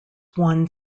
won